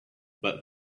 but